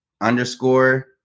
underscore